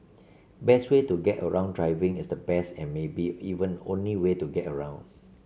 best way to get around driving is the best and maybe even only way to get around